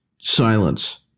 silence